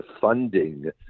funding